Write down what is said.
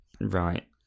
Right